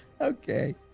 Okay